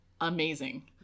Amazing